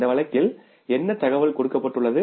இந்த வழக்கில் என்ன தகவல் கொடுக்கப்பட்டுள்ளது